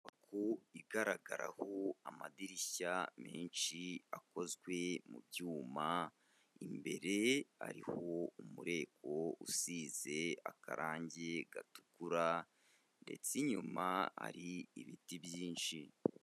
Inyubako igaragaraho amadirishya menshi akozwe mu byuma, imbere hariho umureko usize akarangi gatukura ndetse inyuma hari ibiti byinshi.